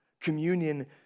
Communion